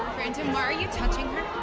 brandon why are you touching